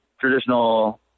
traditional